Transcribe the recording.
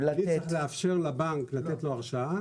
הוא צריך לאפשר לבנק לתת לו הרשאה.